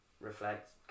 reflect